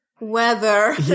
Weather